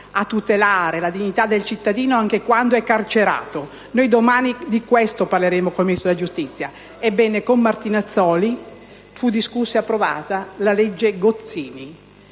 a tutelare la vita del cittadino, anche quando è carcerato. Noi, domani, di questo parleremo con il Ministro della giustizia. Con Martinazzoli fu discussa e approvata la legge Gozzini,